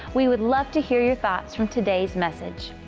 we would love to hear your thoughts from today's message.